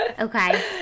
Okay